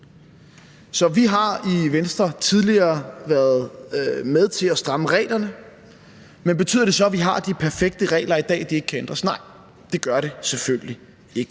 Så vi har i Venstre tidligere været med til at stramme reglerne, men betyder det så, at vi har de perfekte regler i dag, og at de ikke kan ændres? Nej, det gør det selvfølgelig ikke.